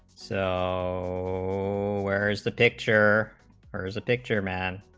so where is the picture or as a picture meant